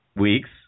Weeks